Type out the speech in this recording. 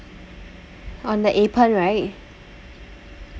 on the appen right